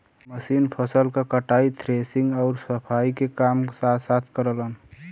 machine फसल क कटाई, थ्रेशिंग आउर सफाई के काम साथ साथ करलन